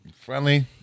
Friendly